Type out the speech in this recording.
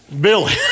Billy